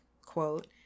quote